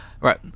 Right